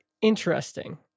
interesting